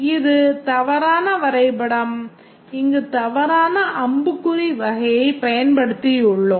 இது தவறான வரைபடம் இங்கு தவறான அம்புக்குறி வகையைப் பயன்படுத்தியுள்ளோம்